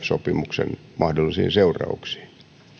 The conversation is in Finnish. sopimuksen mahdollisiin seurauksiin